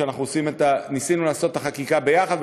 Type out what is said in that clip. שאנחנו ניסינו לעשות את החקיקה יחד,